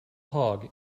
hog